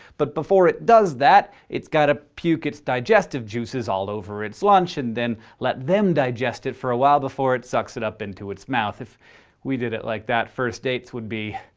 but before it does that, it's got to puke its digestive juices all over its lunch and then let them digest it for a while before it sucks it up into its mouth. if we did it like that, first dates would be.